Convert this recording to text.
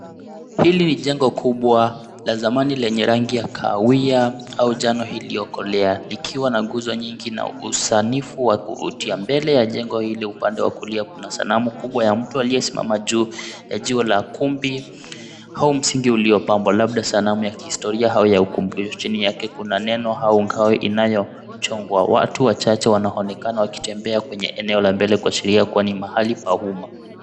Hili jengo kubwa la zamani lenye rangi ya kahawia au njano iliyokolea ikiwa na nguzo nyingi na usanifu wa kuvutia. Mbele ya jengo hili upande wa kulia kuna sanamu kubwa ya mtu aliyesimama juu ya jiwe la kumbi au msingi uliopambwa labda sanamu ya kihistoria au ya ukumbusho. Chini yake kuna neno au ngao inayochongwa. Watu wachache wanaonekana wakitembea kwenye eneo la mbele kuashiria kuwa ni mahali pa umma.